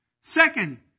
Second